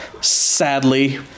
Sadly